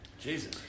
Jesus